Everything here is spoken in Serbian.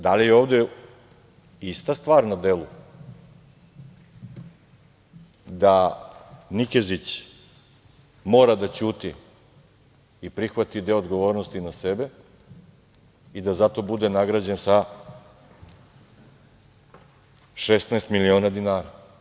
Da li je ovde ista stvar na delu, da Nikezić mora da ćuti i prihvati deo odgovornosti na sebe i da zato bude nagrađen sa 16 miliona dinara?